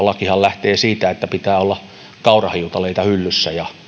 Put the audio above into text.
lakihan lähtee siitä että pitää olla kaurahiutaleita hyllyssä ja